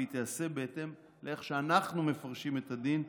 והוא ייעשה בהתאם לאיך שאנחנו מפרשים את הדין,